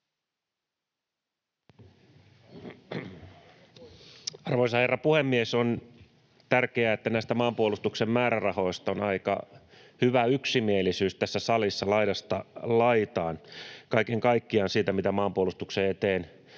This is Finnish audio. Arvoisa herra puhemies! On tärkeää, että näistä maanpuolustuksen määrärahoista on aika hyvä yksimielisyys tässä salissa laidasta laitaan — kaiken kaikkiaan siitä, mitä maanpuolustuksen eteen